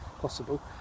possible